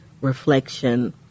reflection